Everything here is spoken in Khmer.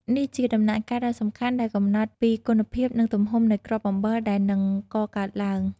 នេះជាដំណាក់កាលដ៏សំខាន់ដែលកំណត់ពីគុណភាពនិងទំហំនៃគ្រាប់អំបិលដែលនឹងកកើតឡើង។